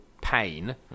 pain